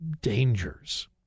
dangers